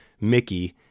Mickey